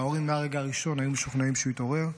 וההורים מהרגע הראשון היו משוכנעים שהוא יתעורר,